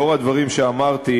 לאור הדברים שאמרתי,